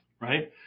right